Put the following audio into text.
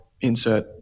insert